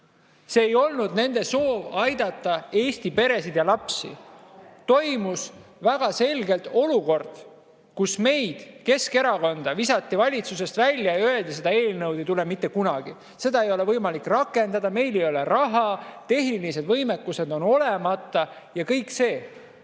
soov ei olnud aidata Eesti peresid ja lapsi. Toimus väga selgelt olukord, kus meid, Keskerakonda visati valitsusest välja ja öeldi, et seda eelnõu ei tule mitte kunagi, seda ei ole võimalik rakendada, meil ei ole raha, tehnilised võimekused on olemata ja nii